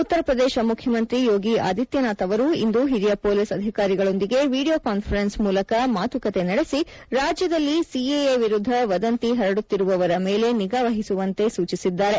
ಉತ್ತರಪ್ರದೇಶ ಮುಖ್ಯಮಂತ್ರಿ ಯೋಗಿ ಆದಿತ್ಯನಾಥ್ ಅವರು ಇಂದು ಹಿರಿಯ ಪೊಲೀಸ್ ಅಧಿಕಾರಿಗಳೊಂದಿಗೆ ವಿಡಿಯೋ ಕಾನ್ವರೆನ್ಸ್ ಮೂಲಕ ಮಾತುಕತೆ ನಡೆಸಿ ರಾಜ್ಯದಲ್ಲಿ ಸಿಎಎ ವಿರುದ್ದ ವದಂತಿ ಹರಡುತ್ತಿರುವವರ ಮೇಲೆ ನಿಗಾ ವಹಿಸುವಂತೆ ಹೇಳಿದ್ದಾರೆ